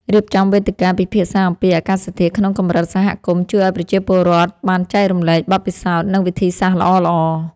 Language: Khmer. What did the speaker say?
រៀបចំវេទិកាពិភាក្សាអំពីអាកាសធាតុក្នុងកម្រិតសហគមន៍ជួយឱ្យប្រជាពលរដ្ឋបានចែករំលែកបទពិសោធន៍ និង វិធីសាស្ត្រល្អៗ។